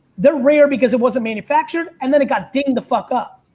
they're rare because it wasn't manufactured. and then it got deemed the fuck up.